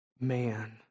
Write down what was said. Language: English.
man